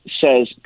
says